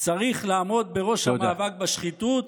צריך לעמוד בראש המאבק בשחיתות.